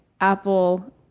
Apple